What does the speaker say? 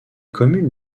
communes